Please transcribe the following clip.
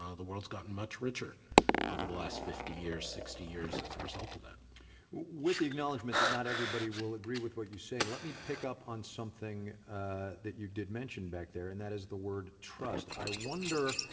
ah the world's gotten much richer over the last fifty years, sixty years as a result of that with the acknowledgment that not everybody will agree with what you say, let me pick up on something ah that you did mention back there, and that is the word trust. i wonder,